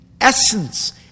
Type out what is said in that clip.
essence